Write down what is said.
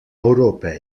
europa